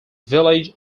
village